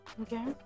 okay